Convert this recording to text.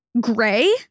Gray